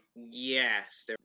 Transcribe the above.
Yes